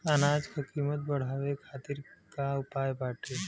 अनाज क कीमत बढ़ावे खातिर का उपाय बाटे?